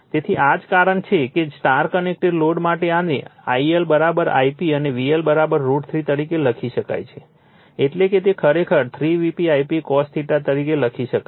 તેથી આ જ કારણ છે કે સ્ટાર કનેક્ટેડ લોડ માટે આને IL Ip અને VL √ 3 તરીકે લખી શકાય છે એટલે કે તે ખરેખર 3 Vp Ip cos તરીકે લખી શકાય છે